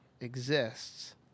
exists